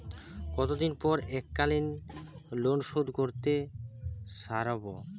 কতদিন পর এককালিন লোনশোধ করতে সারব?